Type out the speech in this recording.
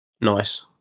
Nice